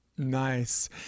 nice